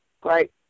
great